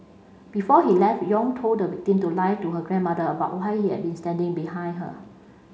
before he left Yong told the victim to lie to her grandmother about why he had yet been standing behind her